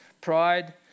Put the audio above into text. Pride